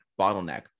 bottleneck